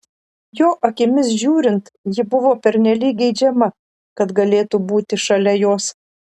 jo akimis žiūrint ji buvo pernelyg geidžiama kad galėtų būti šalia jos